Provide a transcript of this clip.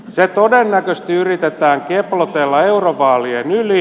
se todennäköisesti yritetään keplotella eurovaalien yli